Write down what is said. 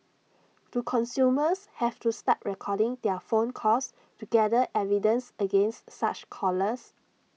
do consumers have to start recording their phone calls to gather evidence against such callers